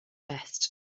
best